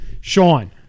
Sean